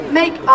make